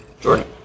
Jordan